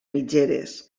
mitgeres